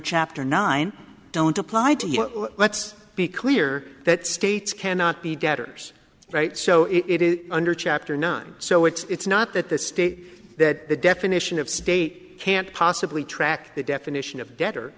chapter nine don't apply to let's be clear that states cannot be debtors right so it is under chapter nine so it's not that the state that the definition of state can't possibly track the definition of debtor